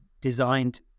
designed